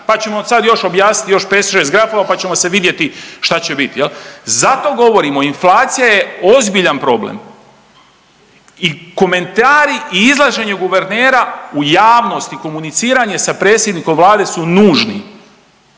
pa ćemo sad još objasniti, još 560 grafova pa ćemo se vidjeti šta će biti, je li? Zato govorimo, inflacija je ozbiljan problem. I komentari i izlaženje guvernera u javnosti, komuniciranje sa predsjednikom Vlade su nužni,